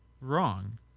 wrong